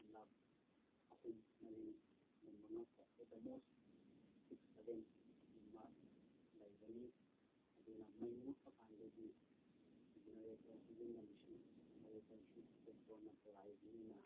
ꯌꯨꯝꯂꯛ ꯑꯍꯨꯝ ꯃꯔꯤꯒꯨꯝꯕ ꯉꯥꯛꯇ ꯑꯦꯠ ꯗ ꯃꯣꯁ ꯁꯤꯛꯁ ꯁꯕꯦꯟꯒꯨꯝꯕ ꯂꯩꯕꯅꯤ ꯑꯗꯨꯅ ꯃꯩ ꯃꯨꯠꯄ ꯀꯥꯟꯗꯗꯤ ꯖꯦꯅꯦꯔꯦꯇꯔ ꯁꯤꯖꯤꯟꯅꯕꯁꯨ ꯖꯦꯅꯦꯔꯦꯇꯔꯁꯨ ꯄꯦꯇ꯭ꯔꯣꯜꯅ ꯆꯂꯥꯏꯕꯅꯤꯅ